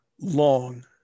long